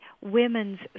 women's